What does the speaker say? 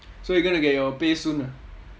so you going to get your pay soon ah